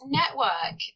network